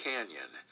Canyon